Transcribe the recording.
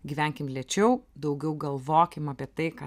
gyvenkim lėčiau daugiau galvokim apie tai ką